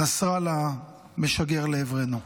שנסראללה משגר לעברנו.